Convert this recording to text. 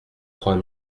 trois